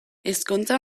ezkontza